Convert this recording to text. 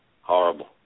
horrible